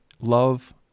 love